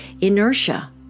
inertia